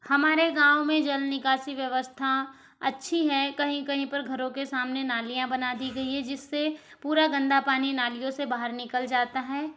हमारे गाँव में जल निकासी व्यवस्था अच्छी है कहीं कहीं पर घरों के सामने नालियाँ बना दी गई हैं जिससे पूरा गंदा पानी नालियों से बाहर निकल जाता है